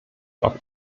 opt